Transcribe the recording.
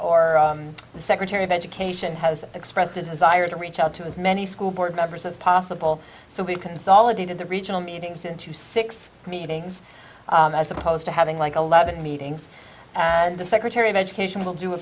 or the secretary of education has expressed a desire to reach out to as many school board members as possible so we've consolidated the regional meetings into six meetings as opposed to having like eleven meetings and the secretary of education will do a